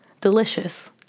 delicious